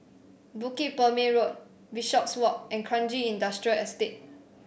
Bukit Purmei Road Bishopswalk and Kranji Industrial Estate